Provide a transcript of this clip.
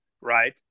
right